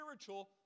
spiritual